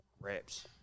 reps